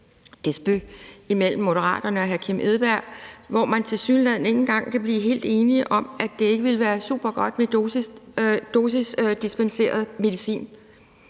en disput mellem Moderaterne og hr. Kim Edberg Andersen, hvor man tilsyneladende ikke engang kan blive helt enige om, at det ikke ville være supergodt med dosisdispenseret medicin.